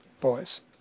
Boys